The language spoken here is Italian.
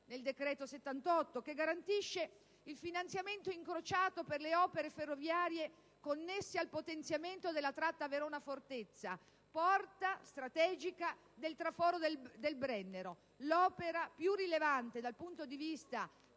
n. 78, che garantisce il finanziamento incrociato per le opere ferroviarie connesse al potenziamento della tratta Verona-Fortezza, porta strategica del traforo del Brennero, l'opera più rilevante, dal punto di vista